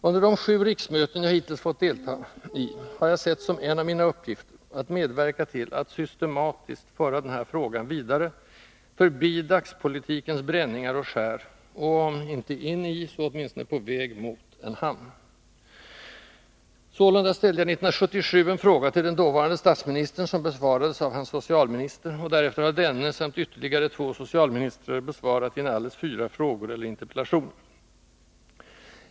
Under de sju riksmöten jag hittills fått delta i har jag sett som en av mina uppgifter att medverka till att systematiskt föra den här frågan vidare, förbi dagspolitikens bränningar och skär och, om icke in i, så åtminstone på väg mot en hamn. Sålunda ställde jag 1977 en fråga till den dåvarande statsministern som besvarades av hans socialminister, och därefter har denne samt ytterligare två socialministrar besvarat inalles fyra frågor eller interpellationer.